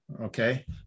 Okay